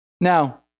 Now